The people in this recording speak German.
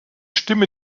stimme